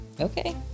okay